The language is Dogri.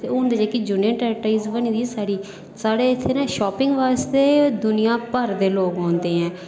ते हून जेह्ड़ी यूनियन टेरीटाईज़ बनी दी साढ़ी साढ़े इत्थै शॉपिंग आस्तै दूनिया भर दे लोक आंदे ऐ